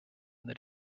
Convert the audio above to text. that